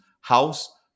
house